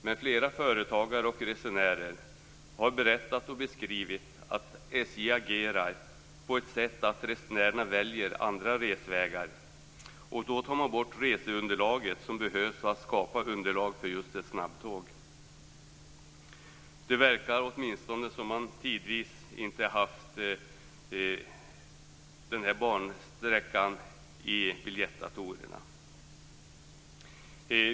Men flera företagare och resenärer har berättat att SJ agerat på ett sådant sätt att resenärerna väljer andra resvägar, och då tar man bort det resandeunderlag som behövs för att skapa underlag för ett snabbtåg. Det verkar som om man åtminstone tidigare haft den här bansträckan bortplockad ur sina biljettdatorer.